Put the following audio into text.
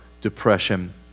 depression